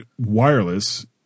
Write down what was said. wireless